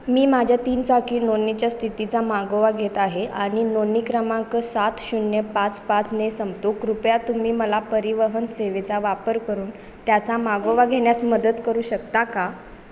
मी माझ्या तीन चाकी नोंदणीच्या स्थितीचा मागोवा घेत आहे आणि नोंदणी क्रमांक सात शून्य पाच पाचने संपतो कृपया तुम्ही मला परिवहन सेवेचा वापर करून त्याचा मागोवा घेण्यास मदत करू शकता का